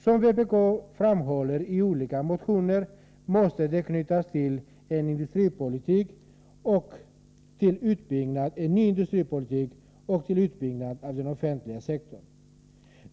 Som vpk framhåller i olika motioner måste arbetsmarknadspolitiken knytas till en ny industripolitik och till utbyggnaden av den offentliga sektorn.